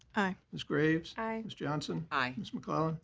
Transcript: aye. ms. graves. aye. ms. johnson. aye. ms. mcclellan.